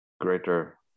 greater